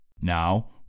Now